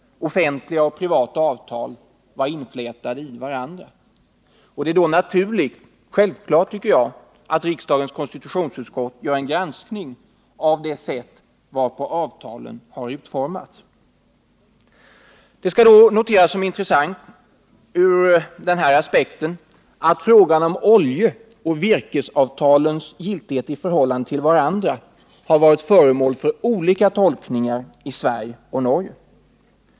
Offentliga och privata avtal var inflätade i varandra. Det är då naturligt — självklart, tycker jag — att riksdagens konstitutionsutskott gör en granskning av det sätt varpå avtalen har utformats. Som en intressant aspekt skall här noteras att frågan om oljeoch virkesavtalens giltighet i förhållande till varandra varit föremål för olika tolkningar i Sverige och i Norge.